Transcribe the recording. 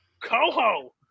Coho